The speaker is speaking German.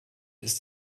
ist